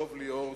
דב ליאור,